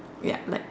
ya like